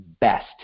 best